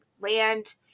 land